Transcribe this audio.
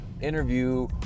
interview